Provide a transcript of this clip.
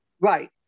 Right